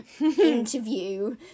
interview